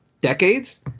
decades